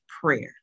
prayer